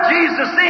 Jesus